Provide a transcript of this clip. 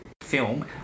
film